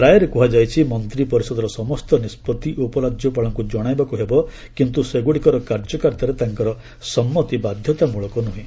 ରାୟରେ କ୍ରହାଯାଇଛି ମନ୍ତ୍ରିପରିଷଦର ସମସ୍ତ ନିଷ୍କଭି ଉପରାଜ୍ୟପାଳଙ୍କୁ ଜଣାଇବାକୁ ହେବ କିନ୍ତ ସେଗ୍ରଡ଼ିକର କାର୍ଯ୍ୟକାରିତାରେ ତାଙ୍କର ସମ୍ମତି ବାଧ୍ୟତାମୂଳକ ନୁହେଁ